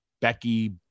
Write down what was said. Becky